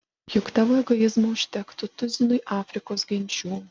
juk tavo egoizmo užtektų tuzinui afrikos genčių